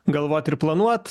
galvot ir planuot